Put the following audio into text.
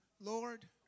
Lord